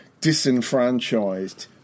disenfranchised